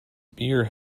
beer